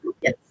Yes